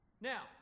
Now